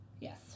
Yes